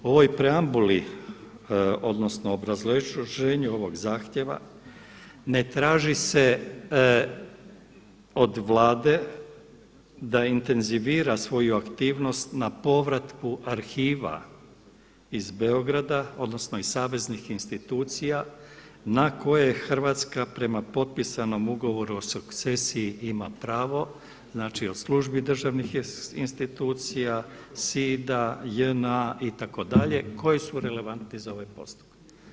U ovoj preambuli, odnosno obrazloženju ovog zahtjeva ne traži se od Vlade sa intenzivira svoju aktivnost na povratku arhiva iz Beograda odnosno iz saveznih institucija na koje je Hrvatska prema potpisanom ugovoru o sukcesiji ima pravo, znači od službi državnih institucija, SID-a, JNA itd. koji su relevantni za ovaj postupak.